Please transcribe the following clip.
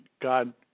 God